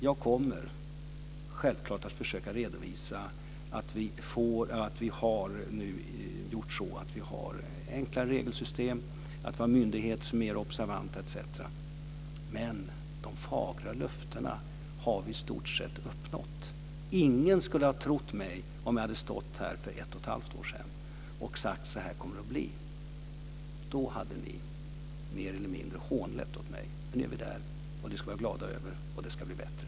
Jag kommer självklart att försöka redovisa att vi nu har gjort så att vi har enklare regelsystem, att vi har myndigheter som är mer observanta etc. Men de fagra löftena har vi i stort sett infriat. Ingen skulle ha trott mig om jag hade stått här för ett och ett halvt år sedan och sagt att det kommer att bli så här. Då hade ni mer eller mindre hånlett åt mig. Men nu är vi där, och det ska vi vara glada över, och det ska bli bättre.